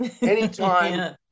anytime